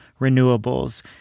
renewables